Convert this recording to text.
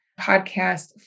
podcast